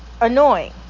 annoying